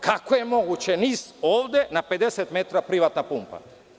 Kako je moguće, NIS ovde, na 50 metara privatna pumpa?